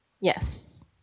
Yes